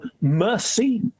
mercy